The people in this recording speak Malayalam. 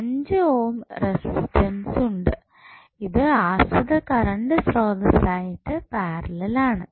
5 ഓംറെസിസ്റ്റൻസ് ഉണ്ട് ഇത് ആശ്രിത കറണ്ട് സ്രോതസ്സ് ആയിട്ട് പാരലൽ ആണ്